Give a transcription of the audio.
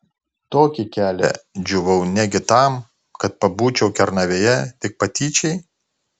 tokį kelią džiūvau negi tam kad pabūčiau kernavėje tik patyčiai